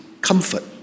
comfort